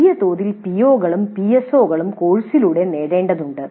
വലിയതോതിൽ പിഒകളും പിഎസ്ഒകളും കോഴ്സുകളിലൂടെ നേടേണ്ടതുണ്ട്